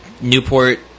Newport